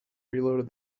reloaded